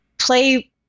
play